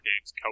games